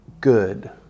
good